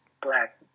black